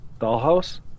Dollhouse